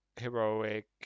heroic